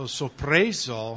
sorpreso